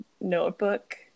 notebook